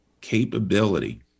capability